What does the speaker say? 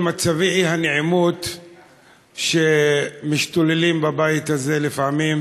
מצבי האי-נעימות שמשתוללים בבית הזה לפעמים,